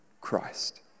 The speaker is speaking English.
Christ